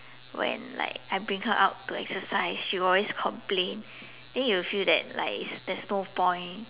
when like I bring her out to exercise she will always complain then you will feel that like is there's no point